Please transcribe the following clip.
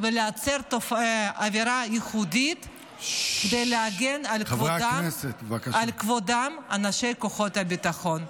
וליצור אווירה ייחודית כדי להגן על כבודם של אנשי כוחות הביטחון.